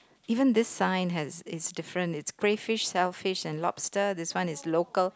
even this sign has it's different it's crayfish shellfish and lobster this one is local